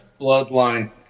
Bloodline